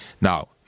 Now